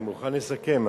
אני מוכן לסכם,